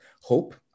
hope